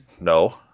No